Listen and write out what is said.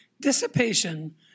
dissipation